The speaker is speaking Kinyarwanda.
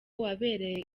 wabereye